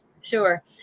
Sure